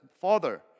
Father